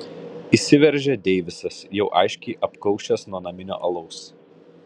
įsiveržia deivisas jau aiškiai apkaušęs nuo naminio alaus